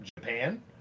Japan